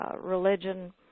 religion